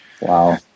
wow